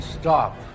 stop